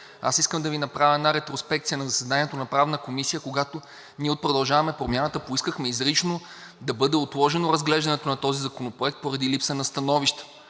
Аз искам да Ви направя една ретроспекция на заседанието на Правната комисия, когато ние от „Продължаваме Промяната“ поискахме изрично да бъде отложено разглеждането на този законопроект поради липса на становища.